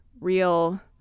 real